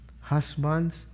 Husbands